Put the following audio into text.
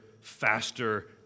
faster